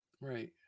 right